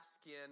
skin